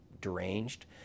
deranged